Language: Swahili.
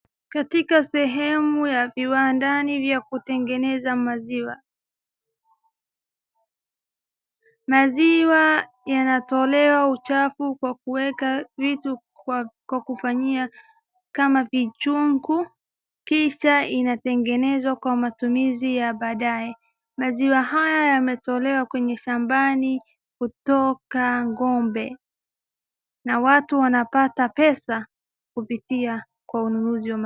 Katika sehemu ya viwandani vya Kutengeneza maziwa maziwa yanatolewa uchafu kwa kuweka kwa vitu kama vichungu kisha inatengenezwa kwa matumizi ya baadaye maziwa hata yametolewa kutoka shambani kutoka kwa ng'ombe na watu wanapata pesa kupitia kwa ununuzi wa maziwa haya